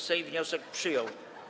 Sejm wniosek przyjął.